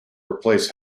replace